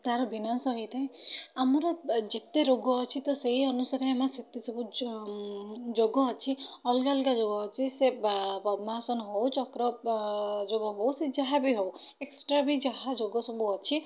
ତା'ର ବିନାଶ ହୋଇଥାଏ ଆମର ଯେତେ ରୋଗ ଅଛି ତ ସେଇ ଅନୁସାରେ ଆମ ସେତେ ସବୁ ଯୋଗ ଅଛି ଅଲଗା ଅଲଗା ଯୋଗ ଅଛି ସେ ପଦ୍ମାସନ ହେଉ ଚକ୍ର ଯୋଗ ହେଉ ସେ ଯାହାବି ହେଉ ଏକ୍ସଟ୍ରା ବି ଯାହା ସବୁ ଯୋଗ ଅଛି